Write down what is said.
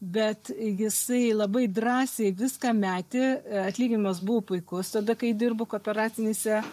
bet jisai labai drąsiai viską metė atlyginimas buvo puikus tada kai dirbu kooperatinėse